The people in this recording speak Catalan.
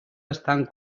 estan